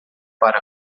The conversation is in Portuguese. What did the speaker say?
para